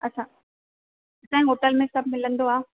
अच्छा असांजे होटल में सभु मिलंदो आहे